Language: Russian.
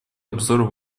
обзора